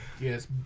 Yes